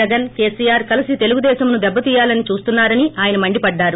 జగన్ కేసీఆర్ కలసి తెలుగుదేశం ను దెబ్బతీయాలని చూస్తున్పారన్ ఆయన మండిపడ్డారు